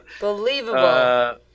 Believable